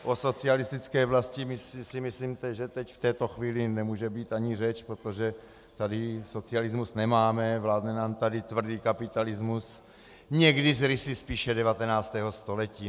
O socialistické vlasti si myslím, že teď v této chvíli nemůže být ani řeč, protože tady socialismus nemáme, vládne nám tady tvrdý kapitalismus, někdy s rysy spíše 19. století.